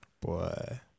Boy